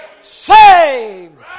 saved